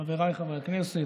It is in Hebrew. חבריי חברי הכנסת,